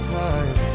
time